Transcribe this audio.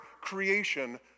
creation